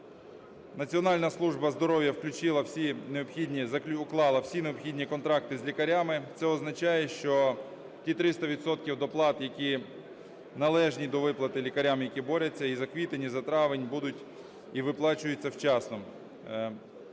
Національна служба здоров'я уклала всі необхідні контракти з лікарями. Це означає, що ті 300 відсотків доплат, які належні до виплати лікарям, які борються, і за квітень, і за травень будуть і виплачуються вчасно.